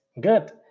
Good